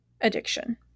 addiction